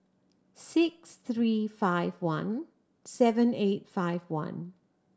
six three five one seven eight five one